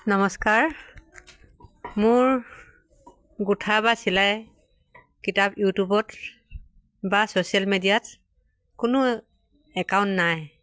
নমস্কাৰ মোৰ গোঁঠা বা চিলাই কিতাপ ইউটিউবত বা ছ'চিয়েল মিডিয়াত কোনো একাউণ্ট নাই